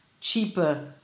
cheaper